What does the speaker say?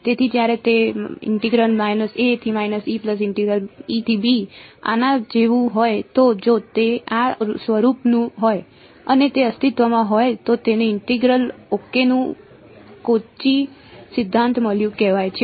તેથી જ્યારે તે આના જેવું હોય તો જો તે આ સ્વરૂપનું હોય અને તે અસ્તિત્વમાં હોય તો તેને ઇન્ટેગ્રલ ઓકેનું કોચી સિદ્ધાંત મૂલ્ય કહેવાય છે